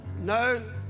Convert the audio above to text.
no